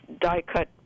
die-cut